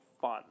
fun